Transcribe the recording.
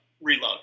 reload